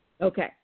Okay